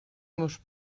meus